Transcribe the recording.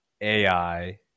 AI